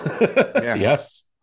yes